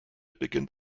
beginnt